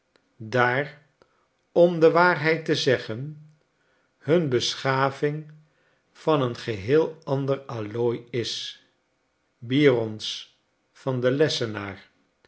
daar om de waarheid te zeggen hun beschaving van een geheel ander allooi is byrons van den lessenaar